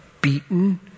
beaten